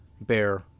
bear